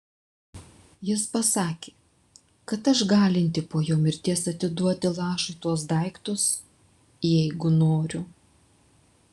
jis pasakė kad aš galinti po jo mirties atiduoti lašui tuos daiktus jeigu noriu